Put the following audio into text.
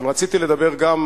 רציתי לומר גם,